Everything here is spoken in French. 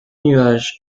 nuages